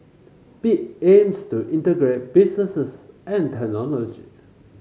bit aims to integrate businesses and technology